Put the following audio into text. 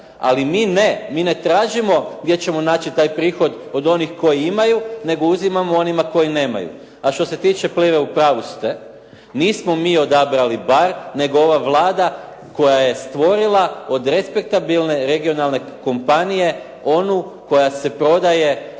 Ali mi ne. Mi ne tražimo gdje ćemo naći taj prihod od onih koji imaju, nego uzimamo onima koji nemaju. A što se tiče “Plive“ u pravu ste. Nismo mi odabrali Barr, nego ova Vlada koja je stvorila od respektabilne, regionalne kompanije onu koja se prodaje